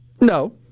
No